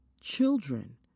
children